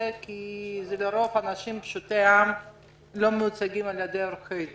כי זה לרוב אנשים פשוטי עם שלא מיוצגים על ידי עורכי דין.